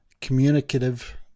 communicative